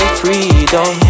freedom